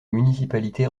municipalités